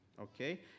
okay